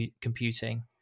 computing